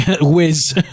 whiz